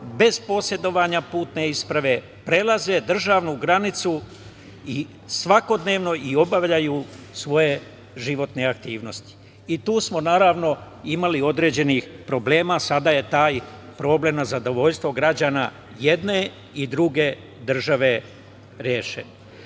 bez posedovanja putne isprave prelaze državnu granicu i svakodnevno obavljaju svoje životne aktivnosti i tu smo naravno imali određenih problema. Sada je taj problem na zadovoljstvo građana jedne i druge države